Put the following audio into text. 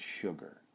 sugar